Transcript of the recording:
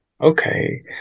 Okay